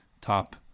top